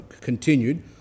continued